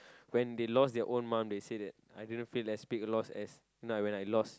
when they loss their own mom they say that I didn't feel as big loss as when I loss